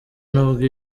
n’ubwo